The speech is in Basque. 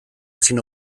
ezin